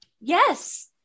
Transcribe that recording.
Yes